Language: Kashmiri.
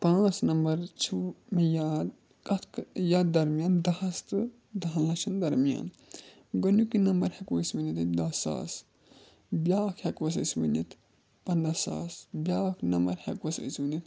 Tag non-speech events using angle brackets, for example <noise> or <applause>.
پانٛژھ نَمبر چھُو مےٚ یاد کَتھ <unintelligible> یَتھ درمیان دَہَس تہٕ دَہَن لَچھَن درمیان گۄڈٕنیُکُے نمبر ہٮ۪کو أسۍ ؤنِتھ دَہ ساس بیٛاکھ ہٮ۪کوس أسۍ ؤنِتھ پَنٛداہ ساس بیٛاکھ نَمبَر ہٮ۪کوس أسۍ ؤنِتھ